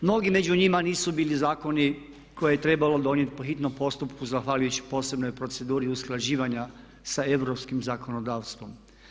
Mnogi među njima nisu bili zakoni koje je trebalo donijeti po hitnom postupku zahvaljujući posebnoj proceduri usklađivanja sa europskim zakonodavstvom.